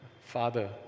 Father